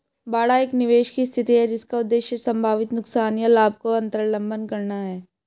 बाड़ा एक निवेश की स्थिति है जिसका उद्देश्य संभावित नुकसान या लाभ को अन्तर्लम्ब करना है